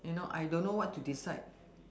you know I don't know what to decide